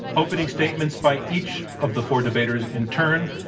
opening statements by each of the four debaters in turn.